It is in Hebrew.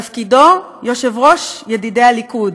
תפקידו, יושב-ראש ידידי הליכוד.